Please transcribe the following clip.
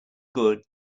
good